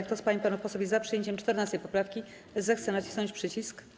Kto z pań i panów posłów jest za przyjęciem 14. poprawki, zechce nacisnąć przycisk.